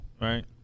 right